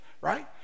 right